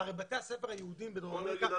הרי בתי הספר היהודיים בדרום אמריקה --- בסדר,